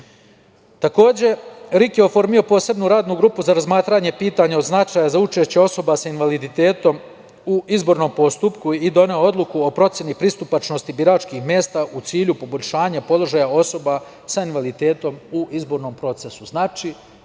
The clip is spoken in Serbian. procesa. Takođe, RIK je oformio posebnu Radnu grupu za razmatranje pitanja od značaja za učešće osoba sa invaliditetom u izbornom postupku i doneo odluku o proceni pristupačnosti biračkih mesta u cilju poboljšanja položaja osoba sa invaliditetom u izbornom procesu.